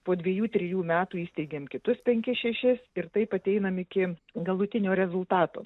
po dvejų trijų metų įsteigėm kitus penkis šešis ir taip ateinam iki galutinio rezultato